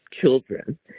children